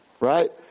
Right